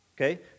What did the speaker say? Okay